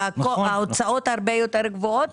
ההוצאות הרבה יותר גבוהות,